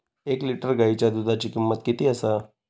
एक लिटर गायीच्या दुधाची किमंत किती आसा?